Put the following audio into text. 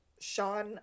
Sean